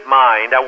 mind